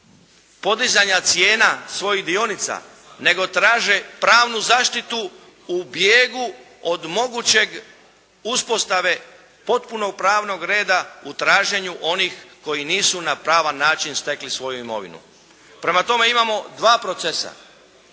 podizanja cijena svojih dionica nego traže pravnu zaštitu u bijegu od mogućeg, uspostave potpuno pravnog reda u traženju onih koji nisu na pravan način stekli svoju imovinu. Prema tome imamo dva procesa.